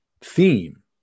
theme